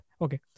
Okay